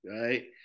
right